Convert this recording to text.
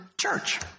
church